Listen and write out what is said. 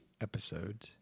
episode